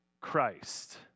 Christ